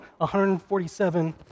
147